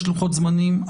יש לוחות זמנים.